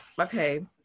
Okay